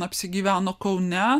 apsigyveno kaune